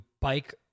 bike